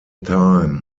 time